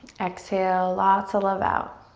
exhale lots of love out.